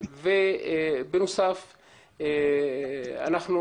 בנוסף, אנחנו